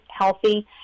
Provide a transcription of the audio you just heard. healthy